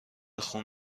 خون